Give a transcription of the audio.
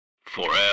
FOREVER